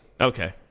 Okay